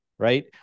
Right